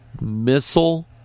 missile